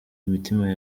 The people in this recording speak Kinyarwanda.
imitima